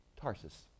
Tarsus